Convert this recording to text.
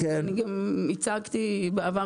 אני גם הצגתי בעבר,